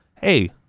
Hey